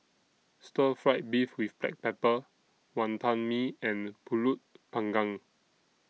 Stir Fried Beef with Black Pepper Wantan Mee and Pulut Panggang